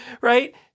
right